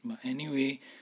but anyway